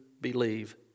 believe